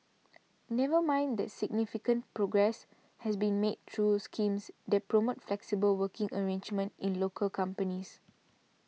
never mind that significant progress has been made through schemes that promote flexible working arrangements in local companies